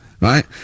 right